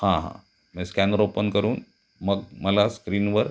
हां हां म्हणजे स्कॅनर ओपन करून मग मला स्क्रीनवर